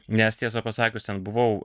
nes tiesą pasakius ten buvau